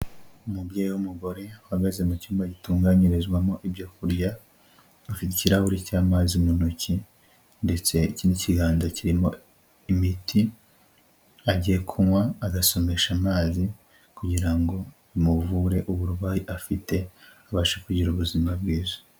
Umubyeyi w'umugore uhagaze mu cyumba gitunganyirizwamo ibyo kurya, afite ikirahuri cy'amazi mu ntoki, ndetse ikindi kiganza kirimo imiti agiye kunywa, agasomesha amazi kugira ngo bimuvure uburwayi afite abashe kugira ubuzima bwiza.